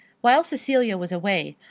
whilst cecilia was away,